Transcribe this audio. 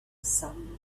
some